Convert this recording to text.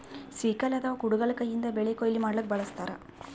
sickle ಅಥವಾ ಕುಡಗೊಲ್ ಕೈಯಿಂದ್ ಬೆಳಿ ಕೊಯ್ಲಿ ಮಾಡ್ಲಕ್ಕ್ ಬಳಸ್ತಾರ್